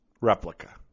replica